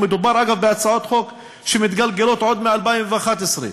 מדובר בהצעות חוק שמתגלגלות עוד מ-2011,